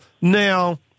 now